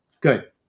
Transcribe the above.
Good